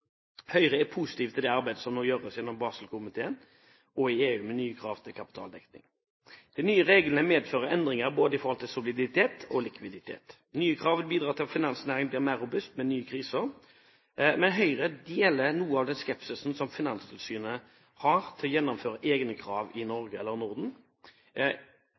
Høyre er positive til det arbeidet som nå gjøres gjennom Baselkomiteen og i EU med nye krav til kapitaldekning. De nye reglene vil medføre endringer både når det gjelder soliditet og likviditet. Nye krav vil bidra til at finansnæringen blir mer robust ved nye kriser. Men Høyre deler noe av den skepsisen som Finanstilsynet har til å gjennomføre egne krav i Norge eller Norden.